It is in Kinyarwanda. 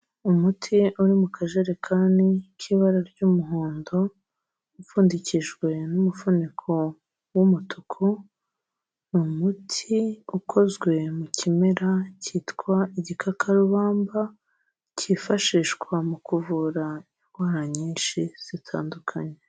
Umuti uri mu kajerekani k'ibara ry'umuhondo, upfundikijwe n'umufuniko w'umutuku, ni umuti ukozwe mu kimera cyitwa igikakarubamba, cyifashishwa mu kuvura indwara nyinshi zitandukanye.